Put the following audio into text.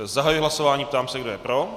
Zahajuji hlasování a ptám se, kdo je pro.